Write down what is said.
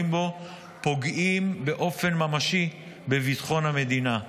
בו פוגעים באופן ממשי בביטחון המדינה.